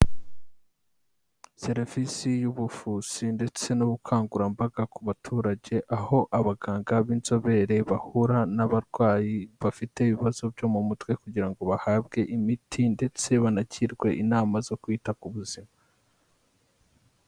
Serivisi y'ubuvuzi ndetse n'ubukangurambaga ku baturage, aho abaganga b'inzobere bahura n'abarwayi bafite ibibazo byo mu mutwe, kugira ngo bahabwe imiti ndetse banagirwe inama zo kwita ku buzima.